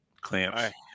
Clamps